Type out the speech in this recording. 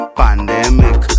pandemic